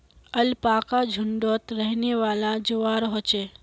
alpaca झुण्डत रहनेवाला जंवार ह छे